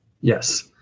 Yes